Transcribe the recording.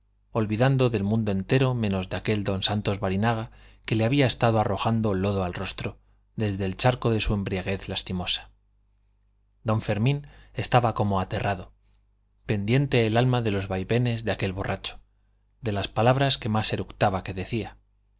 olvidado del mundo entero menos de aquel don santos barinaga que le había estado arrojando lodo al rostro desde el charco de su embriaguez lastimosa don fermín estaba como aterrado pendiente el alma de los vaivenes de aquel borracho de las palabras que más eructaba que decía